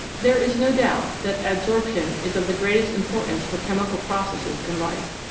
there is no doubt that adsorption is of the greatest im portance for chemical processes in life.